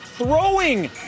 throwing